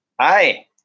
hi